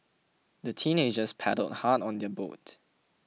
the teenagers paddled hard on their boat